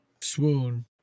Swoon